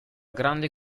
grande